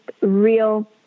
real